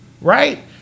right